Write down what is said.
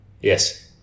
Yes